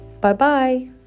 Bye-bye